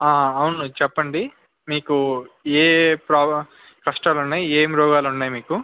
అవును చెప్పండి మీకు ఏ ప్రాబ్లమ్ కష్టాలు ఉన్నాయి ఏం రోగాలు ఉన్నాయి మీకు